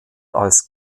als